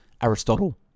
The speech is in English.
Aristotle